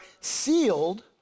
sealed